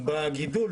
הוא בגידול.